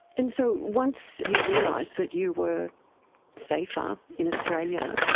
and so once you realised that you were safer in australia,